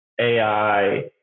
AI